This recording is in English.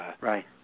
Right